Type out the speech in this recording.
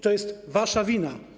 To jest wasza wina.